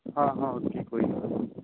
ਹਾਂ ਹਾਂ ਓਕੇ ਕੋਈ ਗੱਲ ਨਹੀਂ